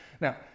Now